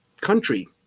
country